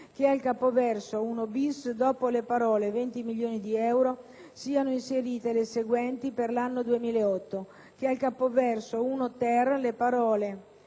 che al capoverso 1-bis, dopo le parole: »20 milioni di euro« siano inserite le seguenti: »per l’anno 2008«; che al capoverso 1-ter le parole: